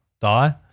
die